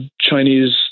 Chinese